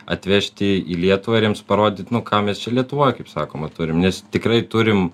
atvežti į lietuvą ir jiems parodyt nu ką mes čia lietuvoj kaip sakoma turim nes tikrai turim